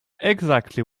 exactly